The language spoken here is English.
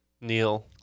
Neil